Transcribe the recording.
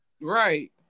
right